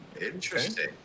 interesting